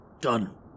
Done